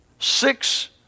Six